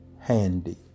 handy